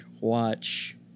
watch